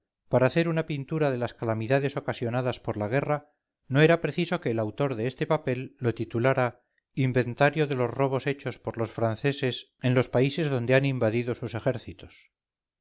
para hacer una pintura de las calamidades ocasionadas por la guerra no era preciso que el autor de este papel lo titulara inventario de los robos hechos por los franceses en los países donde han invadido sus ejércitos